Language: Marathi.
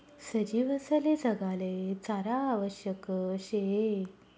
सजीवसले जगाले चारा आवश्यक शे